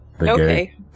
Okay